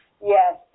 Yes